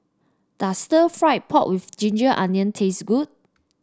does Stir Fried Pork with ginger onion taste good